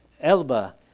Elba